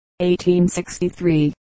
1863